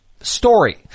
story